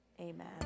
Amen